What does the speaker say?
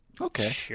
Okay